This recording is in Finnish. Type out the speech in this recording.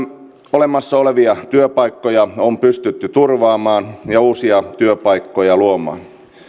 olemassa olevia työpaikkoja on pystytty turvaamaan ja uusia työpaikkoja luomaan